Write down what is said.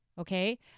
Okay